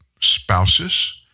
spouses